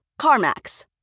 CarMax